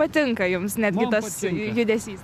patinka jums net gi tas judesys